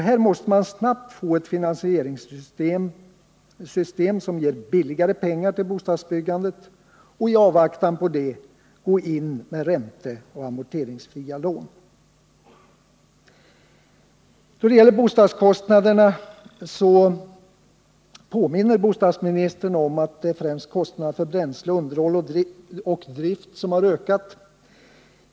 Här måste vi snabbt få ett finansieringssystem som ger ”billigare” pengar till bostadsbyggande, och i avvaktan på det måste man gå in med ränteoch amorteringsfria lån. Då det gäller bostadskostnaderna påminner bostadsministern om att det främst är kostnaderna för bränsle, underhåll och drift som har ökat.